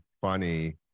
funny